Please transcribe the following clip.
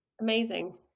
Amazing